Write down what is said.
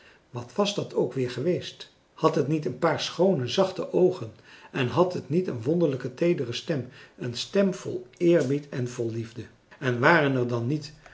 wat was dat ook weer geweest had het niet een paar schoone zachte oogen en had het niet een wonderlijk teedere stem een stem vol eerbied en vol liefde en waren er dan niet